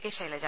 K Shailaja